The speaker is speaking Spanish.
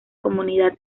comunidad